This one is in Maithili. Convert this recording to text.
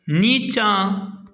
नीचाँ